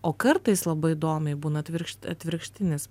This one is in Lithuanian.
o kartais labai įdomiai būna atvirkšt atvirkštinis